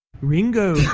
Ringo